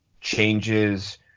changes